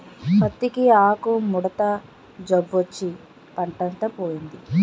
పత్తికి ఆకుముడత జబ్బొచ్చి పంటంతా పోయింది